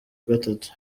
gatatu